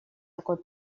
такой